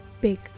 big